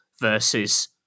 versus